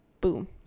Boom